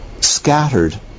scattered